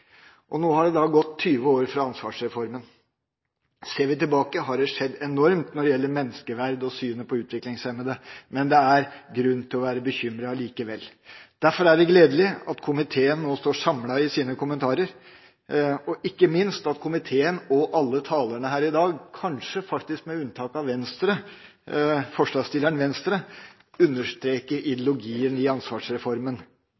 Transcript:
Nå har det gått 20 år siden ansvarsreformen. Ser vi tilbake, har det skjedd enormt når det gjelder menneskeverd og synet på utviklingshemmede. Men det er grunn til å være bekymret likevel. Derfor er det gledelig at komiteen nå står samlet i sine kommentarer, og ikke minst at komiteen og alle talerne her i dag – kanskje med unntak av forslagsstillerne fra Venstre – understreker